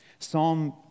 Psalm